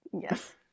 Yes